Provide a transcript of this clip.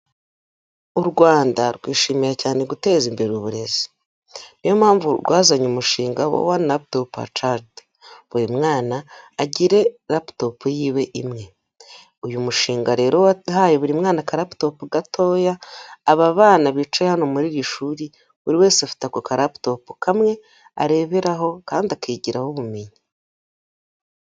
U Rwanda rwishimira cyane guteza imbere uburezi niyo mpamvu rwazanye umushinga wa One Laptop Per Child, buri mwana agire laptop yiwe imwe, uyu mushinga rero wahaye buri mwana aka laptop gatoya, aba bana bicaye hano muri iri shuri buri wese afite ako aka laptop kamwe areberaho kandi akigiraho ubumenyi.